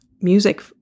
music